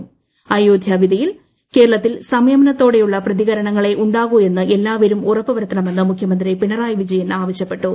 ആയ്ട്രേധ്യ വിധിയിൽ കേരളത്തിൽ സംയമനത്തോടെയുള്ള പ്രതികരണങ്ങളേ ഉണ്ട്ക്കൂ എന്ന് എല്ലാവരും ഉറപ്പുവരുത്തണമെന്ന് മുഖ്യമന്ത്രി പിണ്ട്ടായി പ്രിജയൻ ആവശ്യപ്പെട്ടു